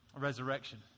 resurrection